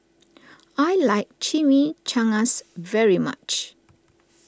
I like Chimichangas very much